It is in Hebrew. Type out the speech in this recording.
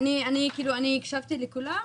אני הקשבתי לכולם,